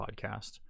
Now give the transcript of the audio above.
podcast